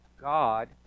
God